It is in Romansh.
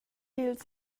ils